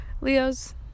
Leos